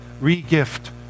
re-gift